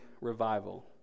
revival